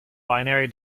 binary